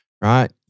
right